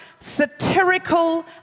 satirical